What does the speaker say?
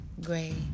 Gray